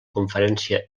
conferència